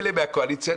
מילא מהקואליציה,